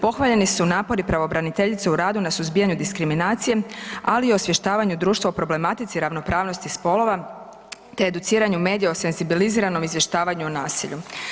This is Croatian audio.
Pohvaljeni su napori pravobraniteljice u radu na suzbijanje diskriminacije ali i osvještavanju društva u problematici ravnopravnosti spolova te educiranju medija o senzibiliziranom izvještavanju o nasilju.